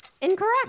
Incorrect